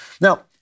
Now